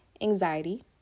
anxiety